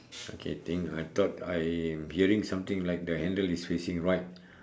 okay think I thought I am hearing something like the handle is facing right